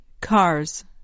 cars